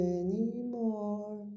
anymore